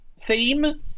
theme